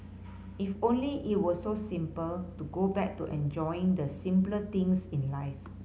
if only it were so simple to go back to enjoying the simpler things in life